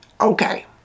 Okay